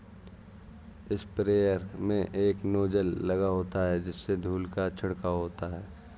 sprayer में एक nozzle लगा होता है जिससे धूल का छिड़काव होता है